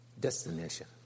destination